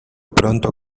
pronto